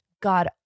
God